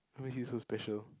what makes you so special